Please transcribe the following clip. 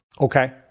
Okay